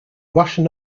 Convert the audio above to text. russian